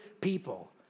people